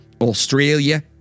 Australia